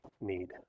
need